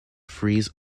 freeze